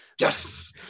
yes